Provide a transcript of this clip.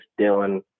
Dylan